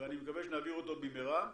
ואני מקווה שנעביר אותו במהרה,